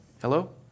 Hello